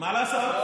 מה לעשות?